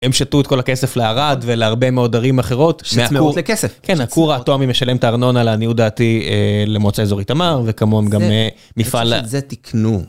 הם שתו את כל הכסף לערד ולהרבה מאוד ערים אחרות. שצמאות לכסף. כן, הכור האטומי משלם את הארנונה לעניות דעתי למועצה אזורית תמר וכמוהם גם מפעל... את זה תיקנו.